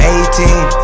Eighteen